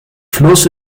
fluss